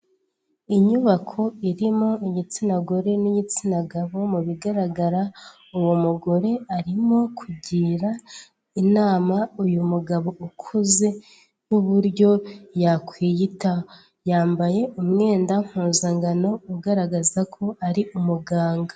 Inyubako irimo igitsina gore n'igitsina gabo mu bigaragara uwo mugore arimo kugira inama uyu mugabo ukuze n'uburyo yakwiyitaho, yambaye umwenda mpuzankano ugaragaza ko ari umuganga.